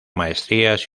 maestrías